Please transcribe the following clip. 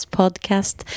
podcast